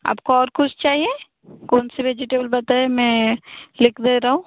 आपको और कुछ चाहिए कौन सी वेजिटेबल बताएँ मैं लिख दे रहा हूँ